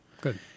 Good